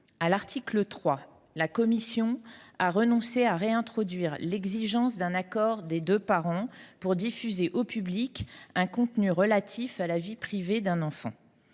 À l’article 3, la commission a renoncé à réintroduire l’exigence d’un accord des deux parents pour la diffusion publique d’un contenu relatif à la vie privée d’un enfant.